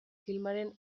filmaren